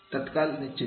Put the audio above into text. तात्काळ निश्चिती